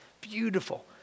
Beautiful